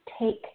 take